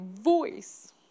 voice